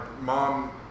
mom